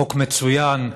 חוק מצוין.